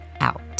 out